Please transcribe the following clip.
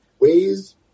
ways